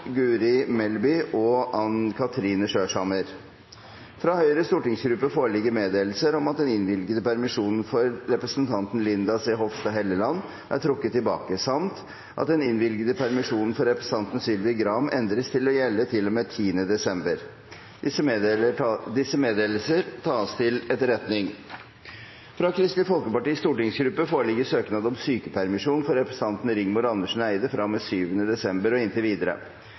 Guri Melby og Ann Kathrine Skjørshammer Fra Høyres stortingsgruppe foreligger meddelelser om at den innvilgede permisjonen for representanten Linda C. Hofstad Helleland er trukket tilbake samt at den innvilgede permisjonen for representanten Sylvi Graham endres til å gjelde til og med 10. desember. Disse meddelelser tas til etterretning. Fra Kristelig Folkepartis stortingsgruppe foreligger søknad om sykepermisjon for representanten Rigmor Andersen Eide fra og med 7. desember og inntil videre.